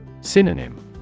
Synonym